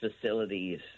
facilities